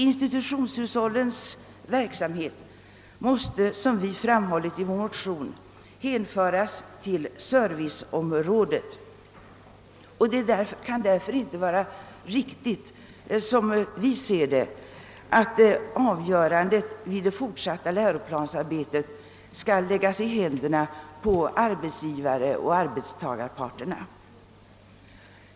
Institutionshushållens verksamhet måste, som vi framhållit i vår motion, hänföras till serviceområdet. Det kan därför inte vara riktigt att avgörandet vid det fortsatta läroplansarbetet skall läggas i händerna på arbetsgivaroch arbetstasarparterna.